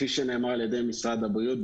כפי שנאמר על ידי משרד הבריאות,